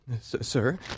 Sir